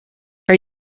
are